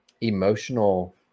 emotional